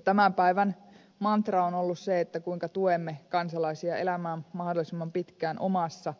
tämän päivän mantra on ollut se kuinka tuemme kansalaisia elämään mahdollisimman pitkään omassa